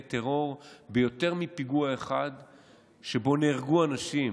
טרור ביותר מפיגוע אחד שבו נהרגו אנשים.